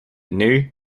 new